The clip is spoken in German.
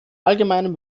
allgemeinen